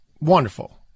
wonderful